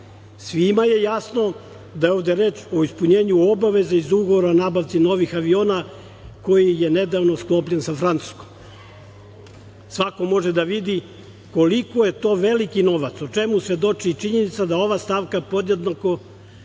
svima je jasno da je ovde reč o ispunjenju obaveza iz ugovora o nabavci novih aviona koji je nedavno sklopljen sa Francuskom. Svako može da vidi koliko je to veliki novac, o čemu svedoči i činjenica da ova stavka pojedinačno vuče